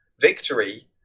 victory